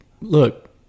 Look